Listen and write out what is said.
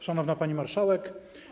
Szanowna Pani Marszałek!